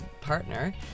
partner